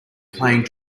playing